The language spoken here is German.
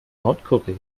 nordkorea